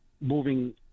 moving